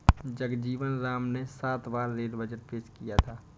जगजीवन राम ने सात बार रेल बजट पेश किया था